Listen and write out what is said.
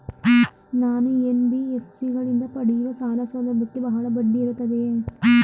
ನಾನು ಎನ್.ಬಿ.ಎಫ್.ಸಿ ಗಳಿಂದ ಪಡೆಯುವ ಸಾಲ ಸೌಲಭ್ಯಕ್ಕೆ ಬಹಳ ಬಡ್ಡಿ ಇರುತ್ತದೆಯೇ?